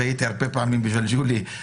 והייתי הרבה פעמים בג'לג'וליה.